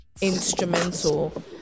instrumental